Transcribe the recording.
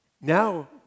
now